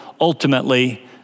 ultimately